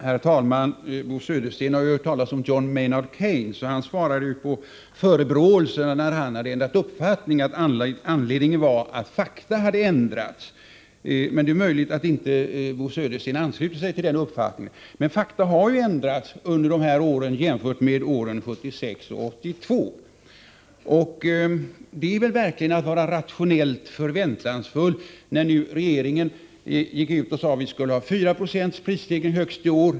Herr talman! Bo Södersten har ju hört talas om John Maynard Keynes. Han svarade som bekant på förebråelsen för att han ändrat uppfattning, att anledningen var att fakta hade ändrats. Det är möjligt att inte Bo Södersten ansluter sig till den uppfattningen, men fakta har ju ändrats sedan åren 1976-1982. Det var väl verkligen rationellt förväntansfullt, när regeringen gick ut och sade att vi skulle ha högst 4 96 prisstegring i år.